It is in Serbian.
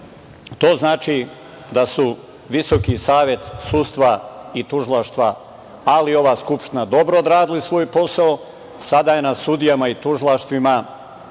znači da su Visoki savet sudstva i tužilaštva, ali i ova Skupština dobro odradili svoj posao. Sada je na sudijama i tužilaštvima